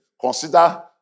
consider